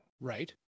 Right